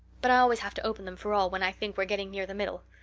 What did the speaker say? but i always have to open them for all when i think we're getting near the middle.